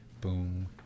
Boom